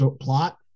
plot